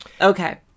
Okay